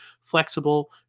flexible